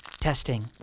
Testing